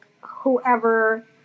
whoever